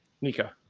Nika